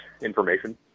information